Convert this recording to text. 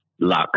luck